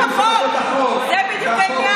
זה לא בחוק, זה בדיוק העניין.